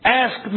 ask